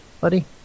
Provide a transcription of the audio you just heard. buddy